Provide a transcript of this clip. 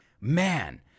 Man